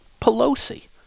Pelosi